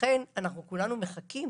לכן אנחנו כולנו מחכים